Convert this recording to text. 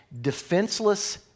Defenseless